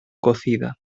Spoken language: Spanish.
cocida